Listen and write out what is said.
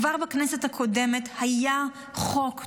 כבר בכנסת הקודמת היה חוק טוב,